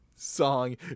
song